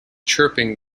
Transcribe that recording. chirping